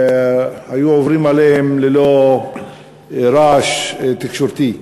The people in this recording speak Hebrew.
היו עוברים עליהם ללא רעש תקשורתי.